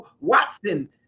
Watson